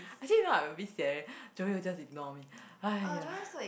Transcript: actually you know I a bit sian Joey will just ignore me !haiya!